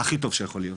הכי טוב שיכול להיות,